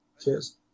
cheers